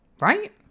Right